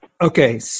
okay